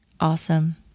Awesome